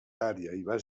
activa